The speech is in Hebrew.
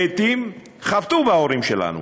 לעתים חבטו בהורים שלנו.